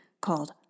called